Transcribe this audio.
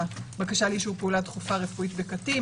בקשה לאישור פעולה דחופה רפואית בקטין,